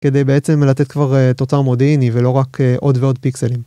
כדי בעצם לתת כבר תוצר מודיעיני ולא רק עוד ועוד פיקסלים